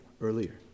earlier